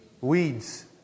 Weeds